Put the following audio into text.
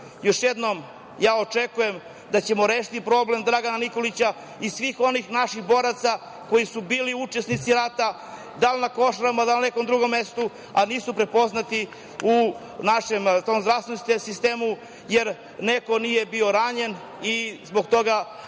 nas. Još jednom ja očekujem da ćemo rešiti problem Dragana Nikolića i svih onih naših boraca koji su bili učesnici rata, da li na Košarama, da li na nekom drugom mestu, a nisu prepoznati u zdravstvenom sistemu, jer neko nije bio ranjen i zbog toga